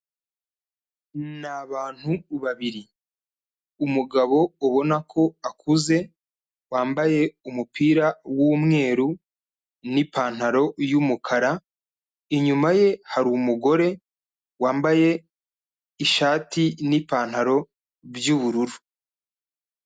Ni abantu babiri. Umugabo ubona ko akuze, wambaye umupira w'umweru n'ipantaro y'umukara, inyuma ye, hari umugore wambaye ishati n'ipantaro by'ubururu.